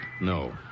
No